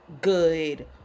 good